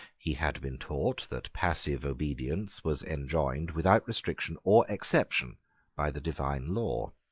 he had been taught that passive obedience was enjoined without restriction or exception by the divine law.